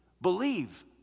Believe